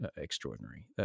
extraordinary